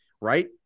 Right